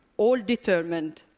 all determined,